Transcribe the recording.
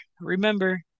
remember